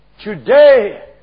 Today